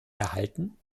erhalten